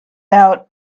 out